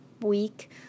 week